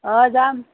অঁ যাম